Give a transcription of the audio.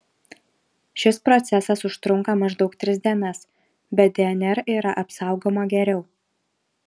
šis procesas užtrunka maždaug tris dienas bet dnr yra apsaugoma geriau